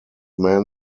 man